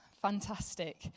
Fantastic